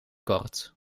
kort